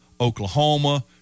Oklahoma